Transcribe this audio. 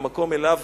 המקום שאליו